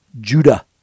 Judah